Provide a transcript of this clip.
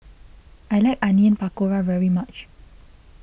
I like Onion Pakora very much